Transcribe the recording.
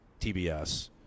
tbs